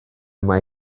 mae